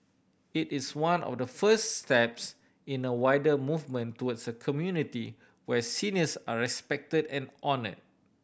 it is one of the first steps in a wider movement towards a community where seniors are respected and honour